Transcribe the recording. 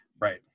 right